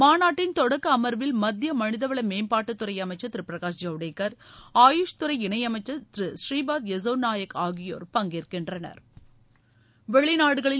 மாநாட்டின் தொடக்க அமர்வில் மத்திய மனித வள மேம்பாட்டுத்துறை அமைச்சர் திரு பிரகாஷ் ஜவடேகா் ஆயுஷ் துறை இயைமைச்சா் திரு புரீபாத் யஸ்ஸோ நாயக் ஆகியோா் பங்கேற்கின்றனா்